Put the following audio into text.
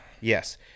Yes